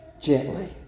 gently